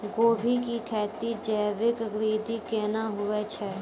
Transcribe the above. गोभी की खेती जैविक विधि केना हुए छ?